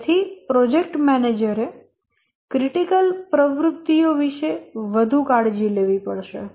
તેથી પ્રોજેક્ટ મેનેજરે ક્રિટિકલ પ્રવૃત્તિઓ વિશે વધુ કાળજી લેવી પડશે